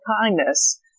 kindness